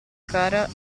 cara